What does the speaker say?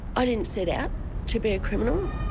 i didn't set out to be a criminal.